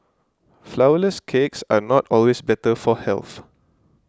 Flourless Cakes are not always better for health